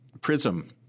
prism